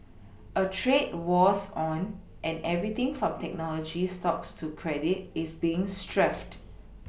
a trade war's on and everything from technology stocks to credit is being strafed